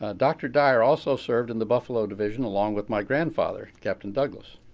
ah, dr. dyer also served in the buffalo division along with my grandfather, captain douglas.